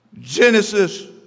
Genesis